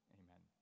amen